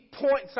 points